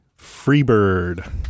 Freebird